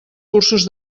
cursos